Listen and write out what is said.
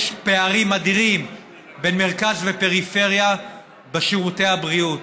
יש פערים אדירים בין מרכז לפריפריה בשירותי הבריאות,